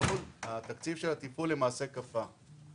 התקציב של התפעול למעשה קפא.